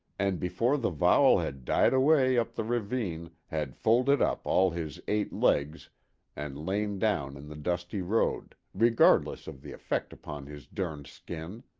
and before the vowel had died away up the ravine had folded up all his eight legs and lain down in the dusty road, regardless of the effect upon his derned skin.